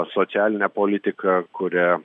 socialine politika kuria